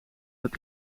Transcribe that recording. dat